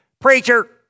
preacher